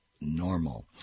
normal